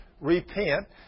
repent